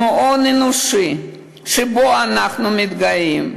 הם הון אנושי שאנחנו מתגאים בו.